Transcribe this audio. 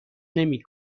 نمی